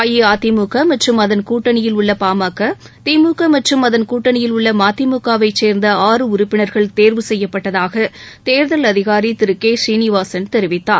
அஇஅதிமுக மற்றம் அதள் கூட்டணியில் உள்ள பாமக திமுக மற்றம் அதள் கூட்டணியில் உள்ள மதிமுகவைச் சேர்ந்த ஆறு உறுப்பினர்கள் தேர்வு செய்யப்பட்டதாக தேர்தல் அதிகாரி திரு கே சீனிவாசன் தெரிவித்தார்